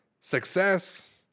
success